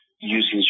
using